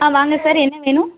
ஆ வாங்க சார் என்ன வேணும்